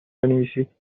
بنویسید